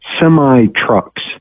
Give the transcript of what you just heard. semi-trucks